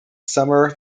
summer